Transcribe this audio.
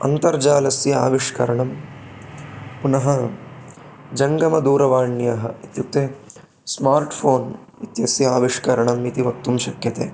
अन्तर्जालस्य आविष्करणं पुनः जङ्गमदूरवाण्याः इत्युक्ते स्मार्ट् फ़ोन् इत्यस्य आविष्करणम् इति वक्तुं शक्यते